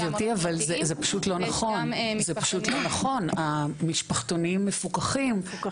גברתי אבל זה פשוט לא נכון זה פשוט לא נכון,